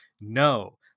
No